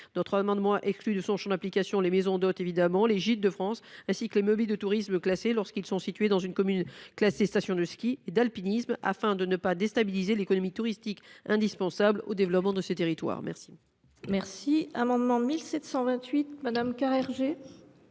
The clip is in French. Notre amendement a exclu de son champ d’application les maisons d’hôtes, les biens labellisés Gîtes de France, ainsi que les immeubles de tourisme classés, lorsque ceux ci sont situés dans une commune classée station de ski et d’alpinisme, afin de ne pas déstabiliser l’économie touristique indispensable au développement de ces territoires.